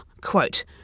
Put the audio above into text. quote